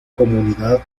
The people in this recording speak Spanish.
comunidad